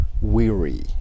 weary